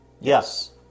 Yes